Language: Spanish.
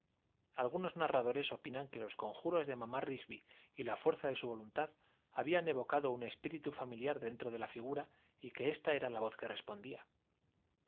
algunos narradores opinan que los conjuros de mamá rigby y la fuerza de su voluntad habían evocado un espíritu familiar dentro de la figura y que ésta era la voz que respondía